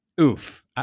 oof